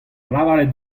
lavaret